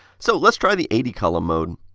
so, let's try the eighty column mode.